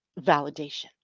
Validation